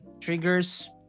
triggers